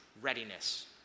readiness